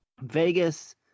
Vegas